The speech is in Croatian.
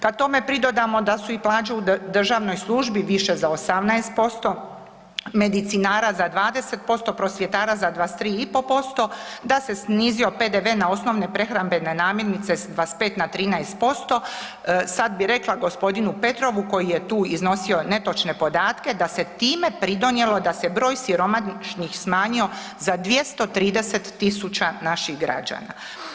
Kad tome pridodamo da su plaće u državnoj službi više za 18%, medicinara za 20%, prosvjetara za 23,5%, da se snizio PDV na osnovne prehrambene namirnice s 25 na 13%, sad bi rekla g. Petrovu koji je tu iznosio netočne podatke da se time pridonijelo da se broj siromašnih smanjio za 230 tisuća naših građana.